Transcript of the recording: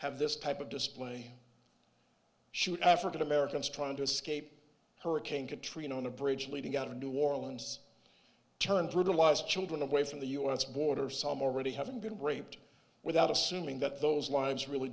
have this type of display shoot african americans trying to escape hurricane katrina on a bridge leading out of new orleans turned brutalize children away from the u s border some already having been raped without assuming that those lives really